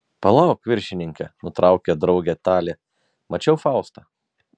palauk viršininke nutraukė draugę talė mačiau faustą